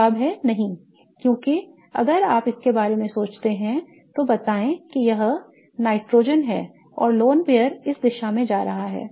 जवाब है नहीं क्योंकि अगर आप इसके बारे में सोचते हैं तो बताएं कि यह नाइट्रोजन है और lone pair इस दिशा में जा रहा है